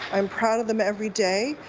i'm proud of them every day.